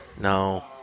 No